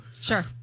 Sure